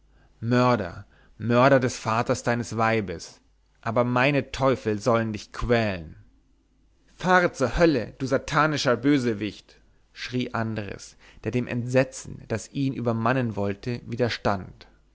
mörder mörder des vaters deines weibes aber meine teufel sollen dich quälen fahre zur hölle du satanischer bösewicht schrie andres der dem entsetzen das ihn übermannen wollte widerstand